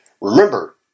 remember